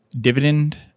dividend